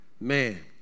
Man